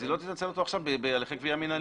אז היא לא תנצל אותו עכשיו בהליכי גבייה מנהליים.